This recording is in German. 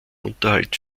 unterhalt